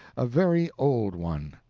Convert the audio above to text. a very old one.